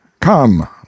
Come